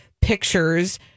pictures